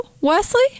Wesley